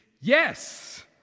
yes